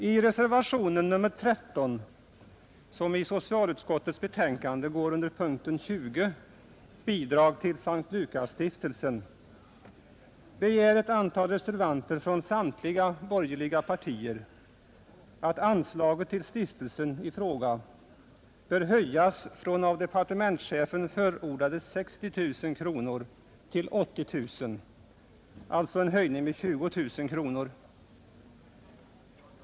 I reservationen 13 som avgivits vid punkten 20 beträffande bidrag till S:t Lukasstiftelsen begär ett antal reservanter från samtliga borgerliga partier att anslaget till stiftelsen i fråga skall höjas från av departementschefen förordade 60 000 till 80 000 kronor, alltså en höjning med 20 000 kronor.